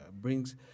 brings